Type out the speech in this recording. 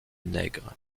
nègre